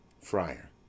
Friar